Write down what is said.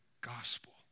gospel